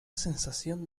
sensación